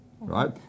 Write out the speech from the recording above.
right